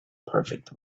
perfect